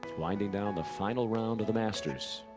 winding down the final round of the masters.